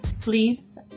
Please